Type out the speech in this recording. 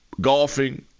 golfing